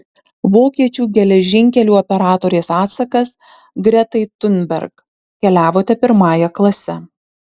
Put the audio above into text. vokiečių geležinkelių operatorės atsakas gretai thunberg keliavote pirmąja klase